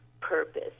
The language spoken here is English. purpose